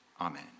amen